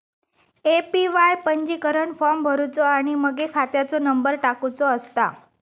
APY पंजीकरण form भरुचो आणि मगे खात्याचो नंबर टाकुचो असता